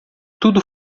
tudo